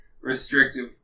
restrictive